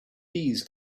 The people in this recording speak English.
bees